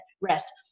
rest